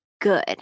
good